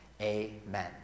Amen